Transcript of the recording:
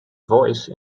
voice